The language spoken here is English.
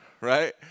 Right